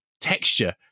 texture